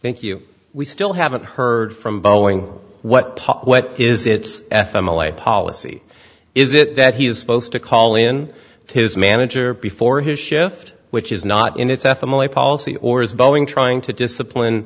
thank you we still haven't heard from boeing what pop what is its policy is it that he is supposed to call in his manager before his shift which is not in its f m l a policy or is boeing trying to discipline